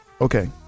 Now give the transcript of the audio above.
Okay